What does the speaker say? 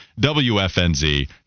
WFNZ